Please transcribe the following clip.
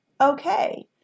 Okay